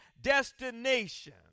destination